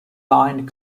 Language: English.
lined